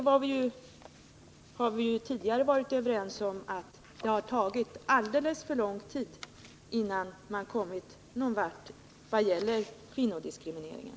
Vi har ju tidigare varit överens om att det har gått alldeles för lång tid utan att man kommit någon vart i arbetet mot kvinnodiskrimineringen.